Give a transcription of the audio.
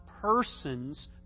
persons